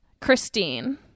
Christine